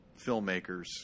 filmmakers